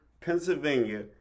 Pennsylvania